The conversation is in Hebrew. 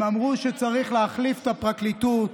הם אמרו שצריך להחליף את הפרקליטות